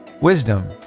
wisdom